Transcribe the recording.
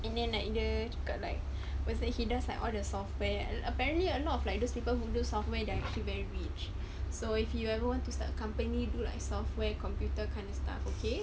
and then like dia juga like what's that he does like all the software apparently a lot of like those people who do software they are actually very rich so if you ever want to start a company do like software computer kinda stuff okay